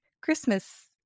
Christmas